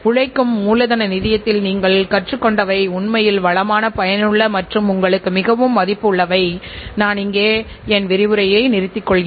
அனுபவ ரீதியான பின்பற்றக்கூடிய நிறுவனங்கள் பட்டியலோடு இந்த நுட்பங்கள் எடுத்துரைக்கப்பட்டுள்ளது உங்களுக்கு பயனுள்ளதாக இருக்கும் என்று நான் நம்புகிறேன்